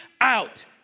out